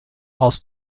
aus